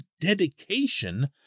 dedication